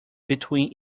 between